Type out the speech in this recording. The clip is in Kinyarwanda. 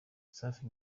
safi